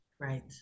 right